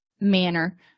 manner